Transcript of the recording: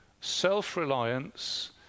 self-reliance